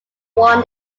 won